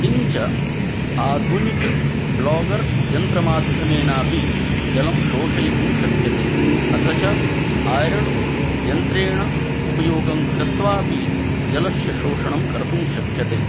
किञ्च आधुनिक ब्लागर्यन्त्रमाध्यमेनापि जलं शोषयितुं शक्यते अथ च ऐरण् यन्त्रेण उपयोगं कृत्वापि जलस्य शोषणं कर्तुं शक्यते